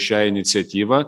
šią iniciatyvą